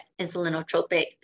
insulinotropic